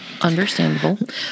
Understandable